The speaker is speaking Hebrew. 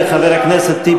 גם הוא לא טרוריסט,